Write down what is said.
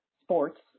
sports